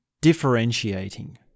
differentiating